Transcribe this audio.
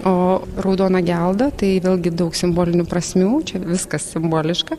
o raudona gelda tai vėlgi daug simbolinių prasmių čia viskas simboliška